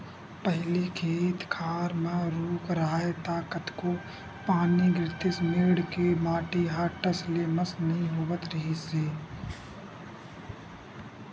पहिली खेत खार म रूख राहय त कतको पानी गिरतिस मेड़ के माटी ह टस ले मस नइ होवत रिहिस हे